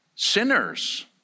Sinners